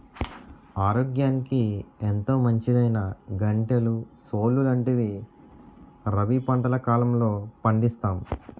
ఆరోగ్యానికి ఎంతో మంచిదైనా గంటెలు, సోలు లాంటివి రబీ పంటల కాలంలో పండిస్తాం